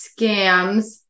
scams